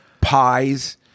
pies